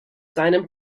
seinem